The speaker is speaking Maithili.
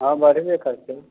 हँ बढ़बे करतै